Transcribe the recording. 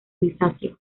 grisáceo